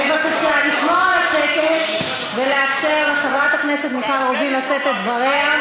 בבקשה לשמור על השקט ולאפשר לחברת הכנסת מיכל רוזין לשאת את דבריה.